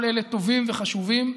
כל אלה טובים וחשובים.